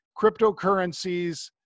cryptocurrencies